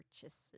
purchases